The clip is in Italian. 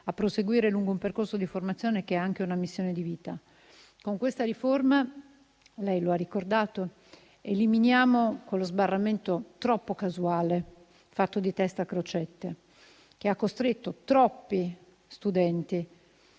a proseguire lungo un percorso di formazione che è anche una missione di vita. Con questa riforma - lei lo ha ricordato - eliminiamo quello sbarramento troppo casuale fatto di *test* a crocette, che ha costretto troppi studenti